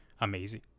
amazing